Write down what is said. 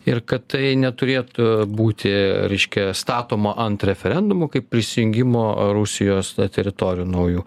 ir kad tai neturėtų būti reiškia statoma ant referendumų kaip prisijungimo rusijos teritorijų naujų